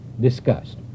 discussed